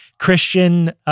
Christian